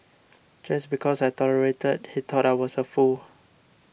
just because I tolerated he thought I was a fool